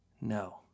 No